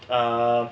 um